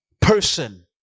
person